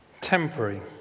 Temporary